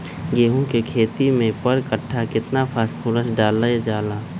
गेंहू के खेती में पर कट्ठा केतना फास्फोरस डाले जाला?